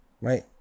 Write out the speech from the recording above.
Right